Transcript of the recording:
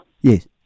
yes